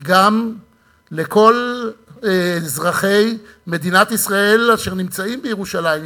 היא גם לכל אזרחי מדינת ישראל אשר נמצאים בירושלים,